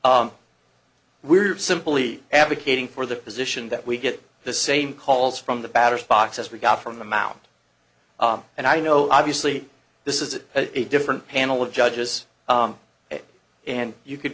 we're simply advocating for the position that we get the same calls from the batters box as we got from the mound and i know obviously this is a different panel of judges and you could